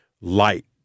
light